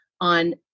on